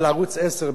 על התכנים,